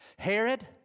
Herod